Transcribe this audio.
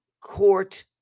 court